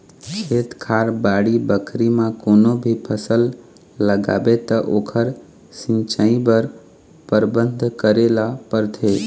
खेत खार, बाड़ी बखरी म कोनो भी फसल लगाबे त ओखर सिंचई बर परबंध करे ल परथे